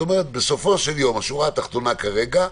בסופו של יום, השורה התחתונה כרגע,